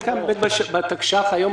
בתקש"ח היום,